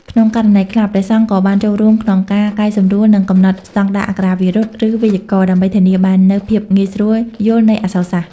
ក្នុងករណីខ្លះ ព្រះសង្ឃក៏បានចូលរួមក្នុងការកែសម្រួល និងកំណត់ស្តង់ដារអក្ខរាវិរុទ្ធ ឬវេយ្យាករណ៍ ដើម្បីធានាបាននូវភាពងាយស្រួលយល់នៃអក្សរសាស្ត្រ។